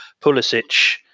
Pulisic